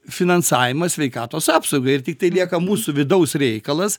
finansavimas sveikatos apsaugai ir tik tai lieka mūsų vidaus reikalas